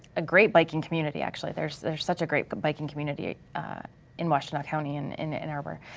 ah great biking community actually, there's there's such a great biking community in washtenaw county, in in ann arbor,